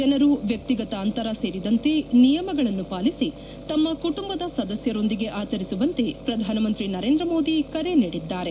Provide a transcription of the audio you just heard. ಜನರು ವ್ಯಕ್ತಿಗತ ಅಂತರ ಸೇರಿದಂತೆ ನಿಯಮಗಳನ್ನು ಪಾಲಿಸಿ ತಮ್ಮ ಕುಟುಂಬದ ಸದಸ್ಕರೊಂದಿಗೆ ಆಚರಿಸುವಂತೆ ಪ್ರಧಾನಮಂತ್ರಿ ನರೇಂದ್ರ ಮೋದಿ ಕರೆ ನೀಡಿದ್ದಾರೆ